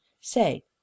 say